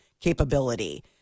capability